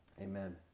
Amen